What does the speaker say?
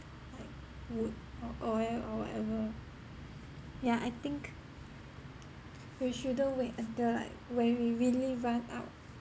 like wood or oil or whatever yeah I think we shouldn't wait until like when we really run out